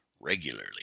regularly